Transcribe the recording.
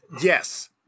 Yes